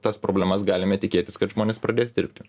tas problemas galime tikėtis kad žmonės pradės dirbti